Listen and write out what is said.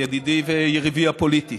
ידידי ויריבי הפוליטי.